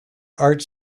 art